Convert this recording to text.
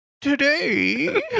Today